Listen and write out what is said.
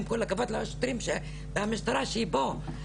עם כל הכבוד לשוטרים והמשטרה שהיא פה.